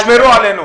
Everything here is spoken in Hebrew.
תשמרו עלינו.